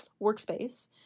workspace